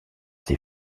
ces